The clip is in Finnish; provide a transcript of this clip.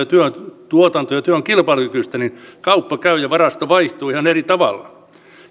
tuotanto ja työ on kilpailukykyistä niin kauppa käy ja varasto vaihtuu ihan eri tavalla